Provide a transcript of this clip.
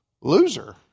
loser